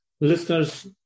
listeners